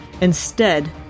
Instead